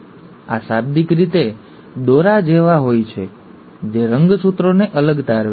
આ શાબ્દિક રીતે દોરા જેવા હોય છે જે રંગસૂત્રોને અલગ તારવે છે